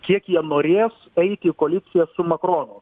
kiek jie norės eit į koaliciją su makronu